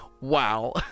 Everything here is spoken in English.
wow